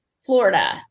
Florida